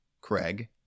Craig